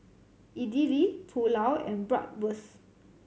Idili Pulao and Bratwurst